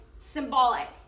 symbolic